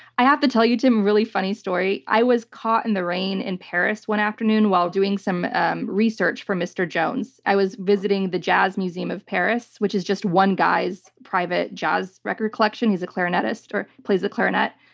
i have to tell you, tim, a really funny story. i was caught in the rain in paris one afternoon while doing some research for mr. jones. i was visiting the jazz museum of paris, which is just one guy's private jazz record collection. he's a clarinetist, or plays the clarinet.